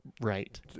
right